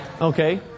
Okay